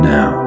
Now